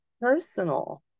personal